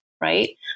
Right